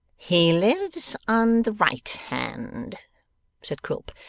he lives on the right hand said quilp,